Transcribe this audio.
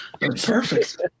Perfect